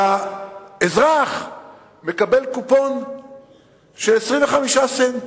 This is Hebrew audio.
והאזרח מקבל קופון של 25 סנט.